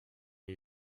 new